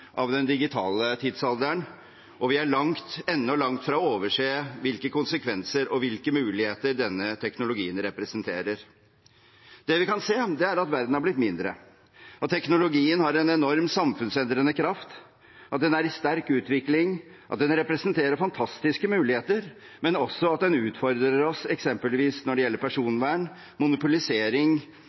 av den digitale tidsalderen, og vi er ennå langt fra å overse hvilke konsekvenser og hvilke muligheter denne teknologien representerer. Det vi kan se, er at verden har blitt mindre, at teknologien har en enorm samfunnsendrende kraft, at den er i sterk utvikling, og at den representer fantastiske muligheter, men også at den utfordrer oss eksempelvis når det gjelder personvern, monopolisering